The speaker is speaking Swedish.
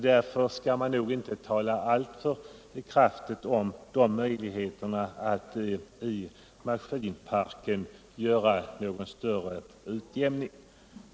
Därför skall man nog inte med alltför stort eftertryck tala om möjligheterna att över maskinparken åstadkomma någon större utjämning.